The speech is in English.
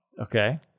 Okay